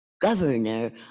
Governor